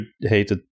hated